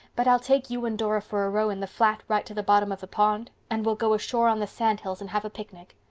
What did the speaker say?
but i'll take you and dora for a row in the flat right to the bottom of the pond, and we'll go ashore on the sandhills and have a picnic.